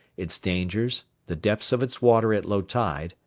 its dangers, the depths of its water at low tide,